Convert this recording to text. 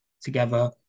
together